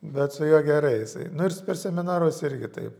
bet su juo gerai nu ir is per seminarus irgi taip